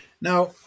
now